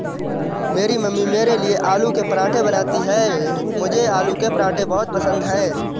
मेरी मम्मी मेरे लिए आलू के पराठे बनाती हैं मुझे आलू के पराठे बहुत पसंद है